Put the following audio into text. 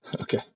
Okay